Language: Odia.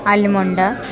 ଆଲ୍ମଣ୍ଡା